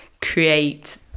create